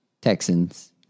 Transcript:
Texans